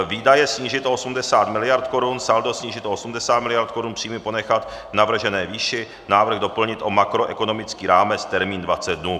Výdaje snížit o 80 mld. korun, saldo snížit o 80 mld. korun, příjmy ponechat v navržené výši, návrh doplnit o makroekonomický rámec, termín 20 dnů.